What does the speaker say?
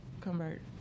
convert